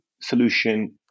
solution